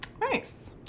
Nice